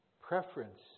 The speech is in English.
preference